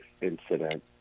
incident